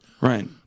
Right